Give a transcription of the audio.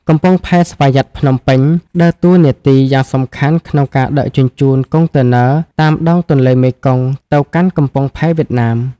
កំពង់ផែស្វយ័តភ្នំពេញ ដើរតួនាទីយ៉ាងសំខាន់ក្នុងការដឹកជញ្ជូនកុងតឺន័រតាមដងទន្លេមេគង្គទៅកាន់កំពង់ផែវៀតណាម។